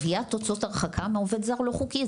גביית הוצאות הרחקה מעובד זר לא חוקי,